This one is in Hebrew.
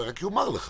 רק אומר לך